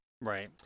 right